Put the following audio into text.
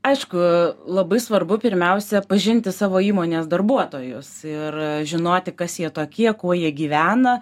aišku labai svarbu pirmiausia pažinti savo įmonės darbuotojus ir žinoti kas jie tokie kuo jie gyvena